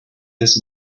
this